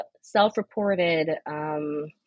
self-reported